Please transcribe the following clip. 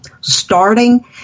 starting